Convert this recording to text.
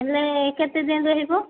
ହେଲେ କେତେଦିନ ରହିବ